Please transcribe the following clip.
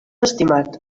estimat